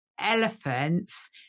elephants